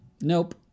nope